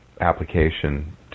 application